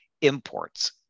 imports